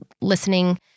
listening